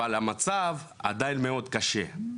אבל המצב עדיין מאוד קשה.